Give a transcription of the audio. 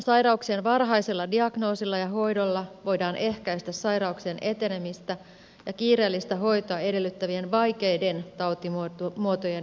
sairauksien varhaisella diagnoosilla ja hoidolla voidaan ehkäistä sai rauksien etenemistä ja kiireellistä hoitoa edellyttävien vaikeiden tautimuotojen ilmaantumista